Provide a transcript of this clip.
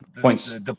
points